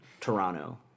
Toronto